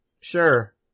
Sure